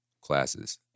classes